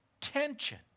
tension